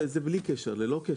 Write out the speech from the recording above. לא, לא זה בלי קשר, ללא קשר.